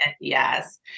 yes